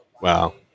Wow